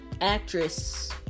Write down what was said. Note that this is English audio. actress